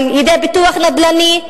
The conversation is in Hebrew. על-ידי פיתוח נדל"ני.